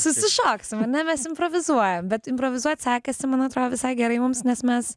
susišoksim ane mes improvizuojam bet improvizuot sekasi man atro visai gerai mums nes mes